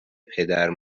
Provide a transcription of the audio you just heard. پدرو